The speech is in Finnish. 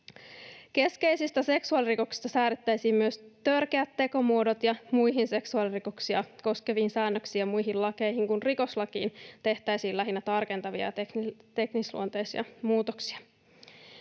Keskeisistä seksuaalirikoksista säädettäisiin myös törkeät tekomuodot, ja muihin seksuaalirikoksia koskeviin säännöksiin ja muihin lakeihin kuin rikoslakiin tehtäisiin lähinnä tarkentavia ja teknisluonteisia muutoksia.